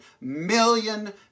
million